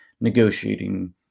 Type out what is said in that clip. negotiating